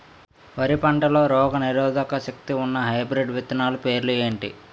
వరి పంటలో రోగనిరోదక శక్తి ఉన్న హైబ్రిడ్ విత్తనాలు పేర్లు ఏంటి?